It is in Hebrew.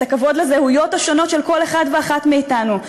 את הכבוד לזהויות השונות של אחד ואחת מאתנו,